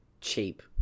cheap